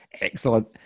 Excellent